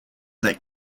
that